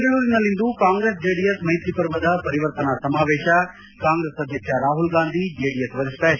ಬೆಂಗಳೂರಿನಲ್ಲಿಂದು ಕಾಂಗ್ರೆಸ್ ಜೆಡಿಎಸ್ ಮೈತ್ರಿ ಪರ್ವದ ಪರಿವರ್ತನಾ ಸಮಾವೇಶ ಕಾಂಗ್ರೆಸ್ ಅಧ್ಯಕ್ಷ ರಾಹುಲ್ ಗಾಂಧಿ ಜೆಡಿಎಸ್ ಹರಿಷ್ಣ ಹೆಚ್